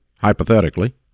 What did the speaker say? Hypothetically